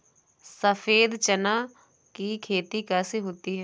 सफेद चना की खेती कैसे होती है?